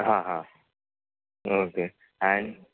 हां हां ओके आणि